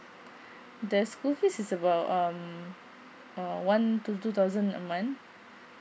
the school fees is about um uh one to two thousand a month